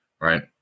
right